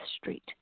Street